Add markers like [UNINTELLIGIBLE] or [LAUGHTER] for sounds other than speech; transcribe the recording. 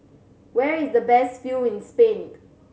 where is the best view in Spain [UNINTELLIGIBLE]